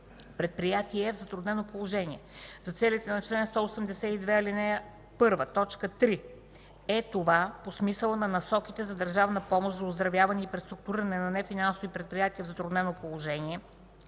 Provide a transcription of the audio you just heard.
„Предприятие в затруднено положение” за целите на чл. 182, ал. 1, т. 3 е това по смисъла на Насоките за държавна помощ за оздравяване и преструктуриране на нефинансови предприятия в затруднено положение